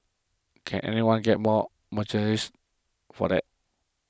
can anyone get more mercenary for that